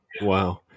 Wow